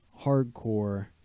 hardcore